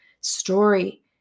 story